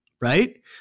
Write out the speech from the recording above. right